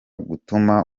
gutuma